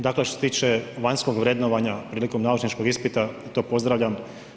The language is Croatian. Dakle što se tiče vanjskog vrednovanja prilikom naučničkog ispita to pozdravljam.